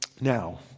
Now